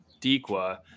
Dequa